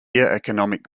economic